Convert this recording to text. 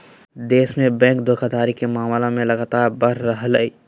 देश में बैंक धोखाधड़ी के मामले लगातार बढ़ रहलय